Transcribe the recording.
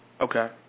Okay